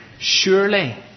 Surely